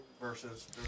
versus